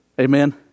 Amen